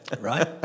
right